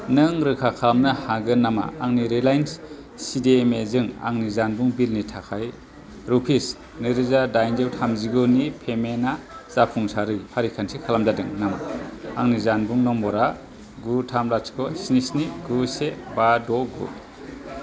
नों रोखा खालामनो हागोन नामा आंनि रिलायेन्स सिडिएमए जों आंनि जानबुं बिलनि थाखाय रुपिस नैरोजा दाइनजौ थामजिगुनि पेमेन्ट आ जाफुंसारै फारिखान्थि खालामजादों नामा आंनि जानबुं नम्बर आ गु थाम लाथिख स्नि स्नि गु से बा द गु